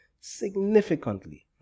significantly